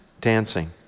dancing